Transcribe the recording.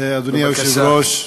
אדוני היושב-ראש,